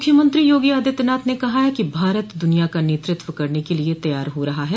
मुख्यमंत्री योगी आदित्यनाथ ने कहा है कि भारत दुनिया का नेतृत्व करने के लिए तैयार हो रहा है